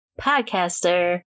podcaster